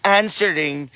answering